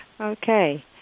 Okay